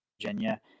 Virginia